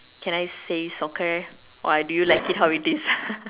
can I say soccer or do you like it how it is